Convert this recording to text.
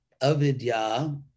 avidya